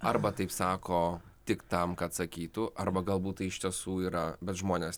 arba taip sako tik tam kad sakytų arba galbūt tai iš tiesų yra bet žmonės